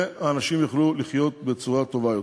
והאנשים יוכלו לחיות בצורה טובה יותר.